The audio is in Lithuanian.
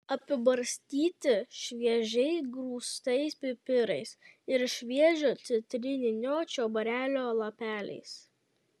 apibarstyti šviežiai grūstais pipirais ir šviežio citrininio čiobrelio lapeliais